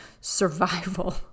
survival